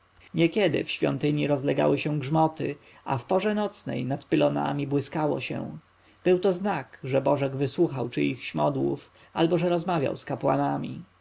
niekiedy w świątyni rozlegały się grzmoty a w porze nocnej nad pylonami błyskało się był to znak że bożek wysłuchał czyichś modłów albo że rozmawiał z kapłanami